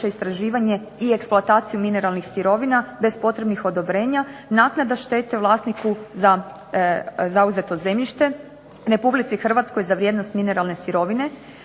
istraživanje i eksploataciju mineralnih sirovina bez potrebnih odobrenja naknada štete vlasniku za zauzeto zemljište, Republici Hrvatskoj za vrijednost mineralne sirovine